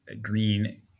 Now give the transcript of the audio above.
green